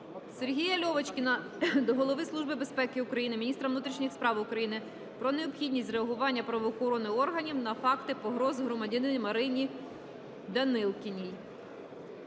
Сергія Льовочкіна до Голови Служби безпеки України, міністра внутрішніх справ України про необхідність реагування правоохоронних органів на факти погроз громадянці Марині Данилкіній.